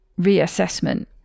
reassessment